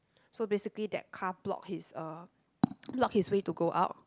so basically that car block his uh block his way to go out